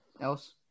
else